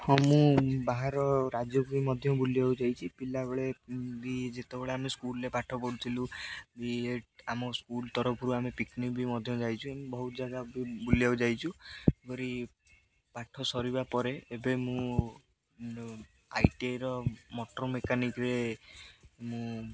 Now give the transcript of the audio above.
ହଁ ମୁଁ ବାହାର ରାଜ୍ୟକୁ ବି ମଧ୍ୟ ବୁଲିବାକୁ ଯାଇଛି ପିଲାବେଳେ ବି ଯେତେବେଳେ ଆମେ ସ୍କୁଲରେ ପାଠ ପଢ଼ୁଥିଲୁ ବି ଆମ ସ୍କୁଲ୍ ତରଫରୁ ଆମେ ପିକନିକ୍ ବି ମଧ୍ୟ ଯାଇଛୁ ବହୁତ ଜାଗା ବି ବୁଲିବାକୁ ଯାଇଛୁ ପରେ ପାଠ ସରିବା ପରେ ଏବେ ମୁଁ ଆଇଟିଆଇର ମଟର ମେକାନିକରେ ମୁଁ